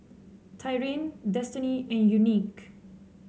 Tyrin Destiney and Unique